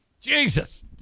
Jesus